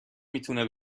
میتونه